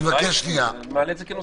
אני מעלה את זה כנושא.